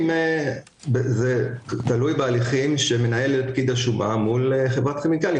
זה תלוי בהליכים שמנהל פקיד השומה מול חברת כימיקלים.